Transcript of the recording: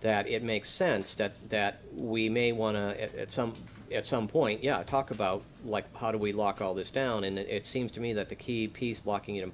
that it makes sense that that we may want to at some at some point you know talk about like how do we lock all this down and it seems to me that the key piece locking in